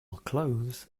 clothes